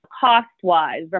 cost-wise